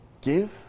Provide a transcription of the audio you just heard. give